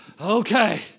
Okay